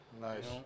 Nice